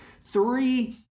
three